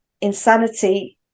insanity